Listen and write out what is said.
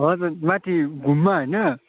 हजुर माथि घुममा होइन